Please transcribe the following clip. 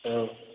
औ